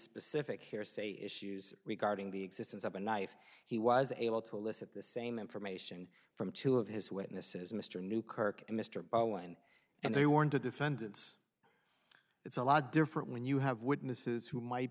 specific hearsay issues regarding the existence of a knife he was able to elicit the same information from two of his witnesses mr new kirk and mr bowen and they were in the defendant's it's a lot different when you have witnesses who might